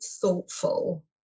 thoughtful